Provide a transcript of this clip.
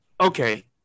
Okay